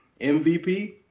MVP